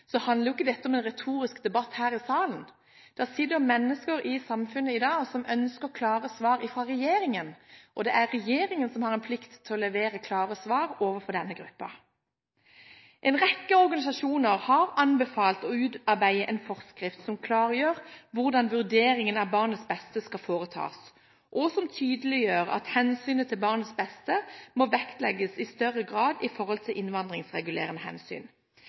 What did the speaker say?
handler ikke dette om en retorisk debatt her i salen. Det sitter mennesker i samfunnet i dag som ønsker klare svar fra regjeringen, og det er regjeringen som har en plikt til å levere klare svar overfor denne gruppen. En rekke organisasjoner har anbefalt å utarbeide en forskrift som klargjør hvordan vurderingen av barnets beste skal foretas, og som tydeliggjør at hensynet til barnets beste må vektlegges i større grad i forhold til innvandringsregulerende hensyn.